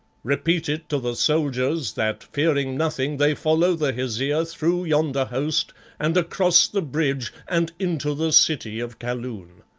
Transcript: repeat it to the soldiers, that fearing nothing they follow the hesea through yonder host and across the bridge and into the city of kaloon.